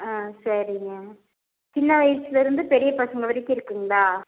ஆ சரிங்க சின்ன வயசுலேருந்து பெரிய பசங்க வரைக்கும் இருக்குதுங்களா